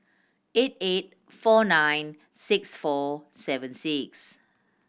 eight eight four nine six four seven six